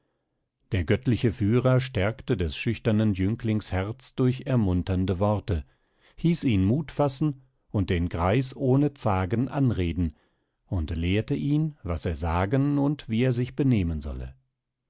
der göttliche führer stärkte des schüchternen jünglings herz durch ermunternde worte hieß ihn mut fassen und den greis ohne zagen anreden und lehrte ihn was er sagen und wie er sich benehmen solle